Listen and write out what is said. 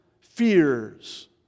fears